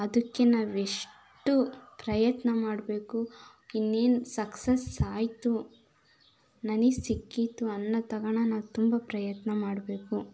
ಅದಕ್ಕೆ ನಾವೆಷ್ಟು ಪ್ರಯತ್ನ ಮಾಡಬೇಕು ಇನ್ನೇನು ಸಕ್ಸಸ್ ಆಯಿತು ನನಗೆ ಸಿಕ್ಕಿತು ಅನ್ನೋ ತಗಳಣ ತುಂಬ ಪ್ರಯತ್ನ ಮಾಡಬೇಕು